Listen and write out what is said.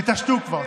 תתעשתו כבר.